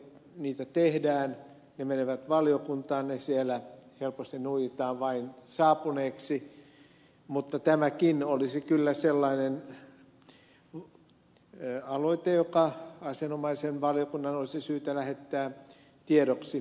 lakialoitteita tehdään ne menevät valiokuntaan ne siellä helposti nuijitaan vain saapuneiksi mutta tämäkin olisi kyllä sellainen aloite joka asianomaisen valiokunnan olisi syytä lähettää tiedoksi ministeriöön